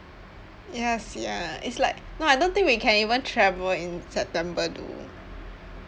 ya sia it's like no I don't think we can even travel in september though